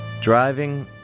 Driving